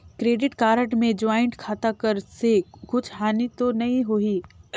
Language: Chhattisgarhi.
क्रेडिट कारड मे ज्वाइंट खाता कर से कुछ हानि तो नइ होही?